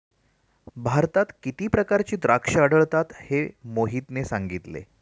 भारतात किती प्रकारची द्राक्षे आढळतात हे मोहितने सांगितले